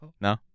no